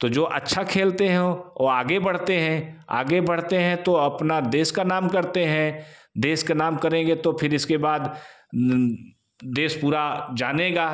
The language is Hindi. तो जो अच्छा खेलते हैं वो आगे बढ़ते हैं आगे बढ़ते हैं तो अपना देश का नाम करते हैं देश का नाम करेंगे तो फिर इसके बाद उम्म देश पूरा जानेगा